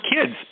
kids